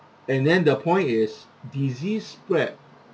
and then the point is disease spread